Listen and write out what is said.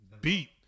beat